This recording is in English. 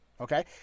Okay